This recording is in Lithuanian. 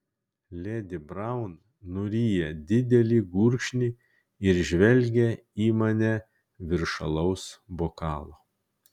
ledi braun nuryja didelį gurkšnį ir žvelgia į mane virš alaus bokalo